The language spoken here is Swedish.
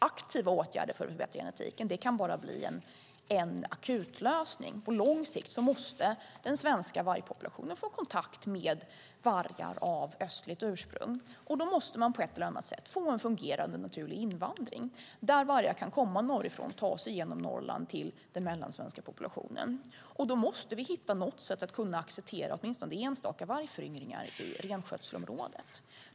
Aktiva åtgärder för att förbättra genetiken kan bara bli en akutlösning. På lång sikt måste den svenska vargpopulationen få kontakt med vargar av östligt ursprung. Vi måste på ett eller annat sätt få en fungerande naturlig invandring där vargar kan komma norrifrån och ta sig genom Norrland till den mellansvenska populationen. Då måste vi hitta ett sätt att acceptera åtminstone enstaka vargföryngringar i renskötselområdet.